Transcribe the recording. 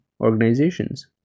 organizations